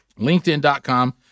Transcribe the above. LinkedIn.com